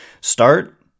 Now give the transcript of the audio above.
start